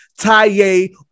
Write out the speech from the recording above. Taye